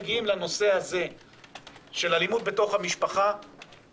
כשהצעת החוק הגיעה לדיון במליאה הייתה הסכמה גם בקרב חברי